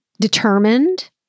determined